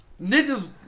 Niggas